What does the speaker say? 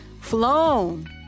flown